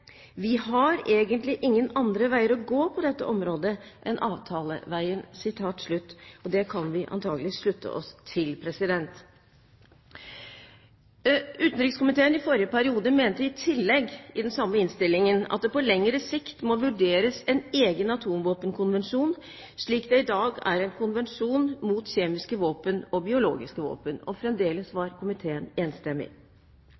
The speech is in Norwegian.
har egentlig ingen andre veier å gå på dette området enn avtaleveien.» Det kan vi antakelig slutte oss til. Utenrikskomiteen i forrige periode mente i tillegg i den samme innstillingen at det på lengre sikt må vurderes en egen atomvåpenkonvensjon, slik det i dag er en konvensjon mot kjemiske våpen og biologiske våpen – og fremdeles